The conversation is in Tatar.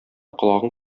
колагың